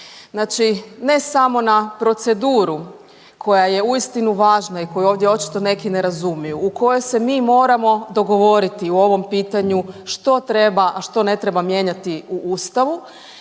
znači ne samo na proceduru koja je uistinu važna i koju ovdje očito neki ne razumiju, u kojoj se mi moramo dogovoriti u ovom pitanju što treba, a što ne treba mijenjati u ustavu